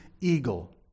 eagle